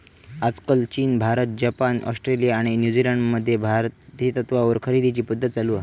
आजकाल चीन, भारत, जपान, ऑस्ट्रेलिया आणि न्यूजीलंड मध्ये भाडेतत्त्वावर खरेदीची पध्दत चालु हा